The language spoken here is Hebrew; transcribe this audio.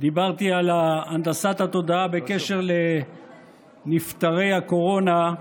על הנדסת התודעה בקשר לנפטרי הקורונה.